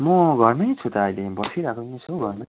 म घरमै छु त अहिले बसिरहेको नै छु घरमा